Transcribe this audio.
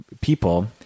people